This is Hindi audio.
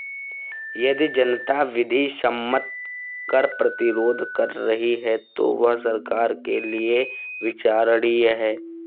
यदि जनता विधि सम्मत कर प्रतिरोध कर रही है तो वह सरकार के लिये विचारणीय है